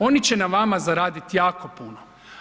Oni će na vama zaraditi jako puno.